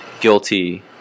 guilty